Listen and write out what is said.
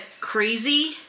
crazy